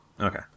Okay